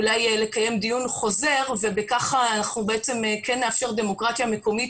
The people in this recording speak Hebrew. אולי לקיים דיון חוזר וכך אנחנו כן נאפשר דמוקרטיה מקומית,